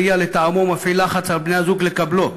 ראייה לטעמו ומפעיל לחץ על בני-הזוג לקבלו.